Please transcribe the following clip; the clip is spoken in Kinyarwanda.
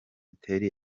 terry